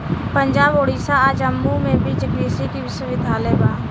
पंजाब, ओडिसा आ जम्मू में भी कृषि विश्वविद्यालय बा